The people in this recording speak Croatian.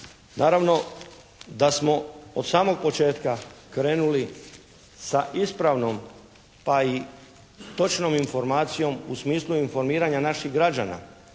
Naravno da smo od samog početka krenuli sa ispravnom pa i točnom informacijom u smislu informiranja naših građana,